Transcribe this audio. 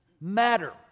matter